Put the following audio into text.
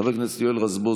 חבר הכנסת יואל רזבוזוב,